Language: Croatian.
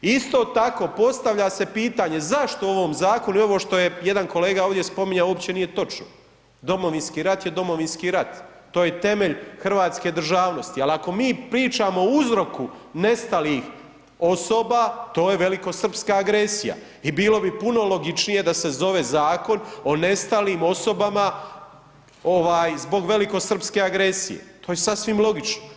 Isto tako, postavlja se pitanje zašto u ovom zakonu i ovo što je jedan kolega ovdje spominjao uopće nije točno, Domovinski rat je Domovinski rat, to je temelj hrvatske državnosti, al ako mi pričamo o uzroku nestalih osoba, to je velikosrpska agresija i bilo bi puno logičnije da se zove Zakon o nestalim osobama zbog velikosrpske agresije, to je sasvim logično.